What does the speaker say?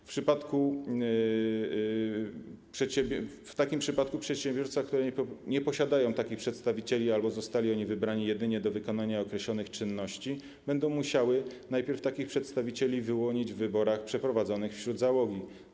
W takim przypadku przedsiębiorstwa, które nie posiadają takich przedstawicieli albo zostali oni wybrani jedynie do wykonania określonych czynności, będą musiały najpierw takich przedstawicieli wyłonić w wyborach przeprowadzonych wśród załogi.